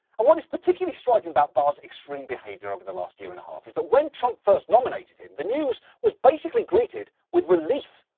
and what is particularly striking about barr's extreme behavior over the last year and a half is that when trump first nominated him, the news was basically greeted with relief.